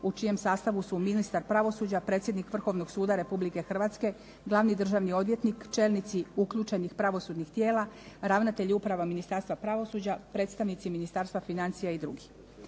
u čijem sastavu su ministar pravosuđa, predsjednik Vrhovnog suda Republike Hrvatske, glavni državni odvjetnik, čelnici uključenih pravosudnih tijela, ravnatelj uprava Ministarstva pravosuđa, predstavnici Ministarstva financija i drugi.